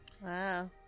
wow